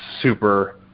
super